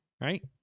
Right